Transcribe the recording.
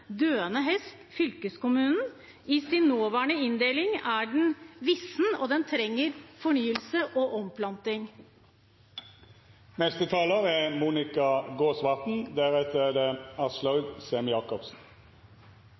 hest. Fylkeskommunen i sin nåværende inndeling er vissen, og den trenger fornyelse og omplanting.